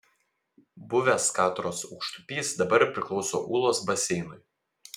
buvęs katros aukštupys dabar priklauso ūlos baseinui